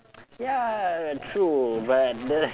ya true but the